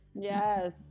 Yes